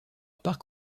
parc